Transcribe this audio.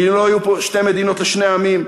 אם לא יהיו פה שתי מדינות לשני עמים,